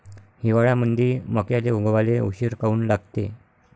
हिवाळ्यामंदी मक्याले उगवाले उशीर काऊन लागते?